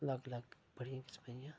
अलग अलग बड़ियां किसमें दियां